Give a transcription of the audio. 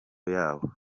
yabo